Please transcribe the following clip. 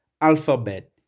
Alphabet